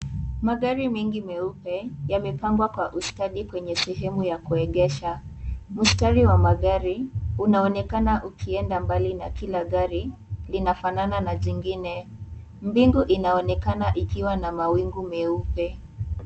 Magari mengi meupe yamepangwa kwa ustadi kwenye sehemu ya kuegesha. Mstari wa magari unaonekana ukienda mbali na kila gari linafanana na jingine. Mbingu inaonekana ikiwa na mawingu meupe.